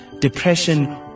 depression